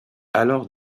alors